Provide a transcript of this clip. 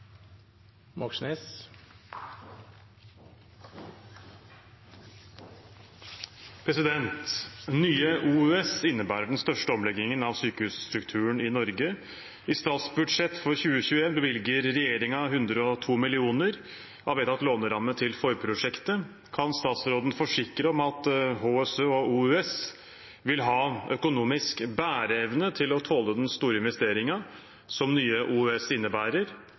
innebærer den største omleggingen av sykehusstrukturen i Norge. I statsbudsjett for 2021 bevilger regjeringen 102 mill. kroner av vedtatt låneramme til forprosjektet. Kan statsråden forsikre om at Helse Sør-Øst og Oslo universitetssykehus vil ha økonomisk bæreevne til å tåle den store investeringen som Nye Oslo universitetssykehus innebærer,